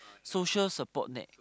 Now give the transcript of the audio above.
social support net